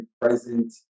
present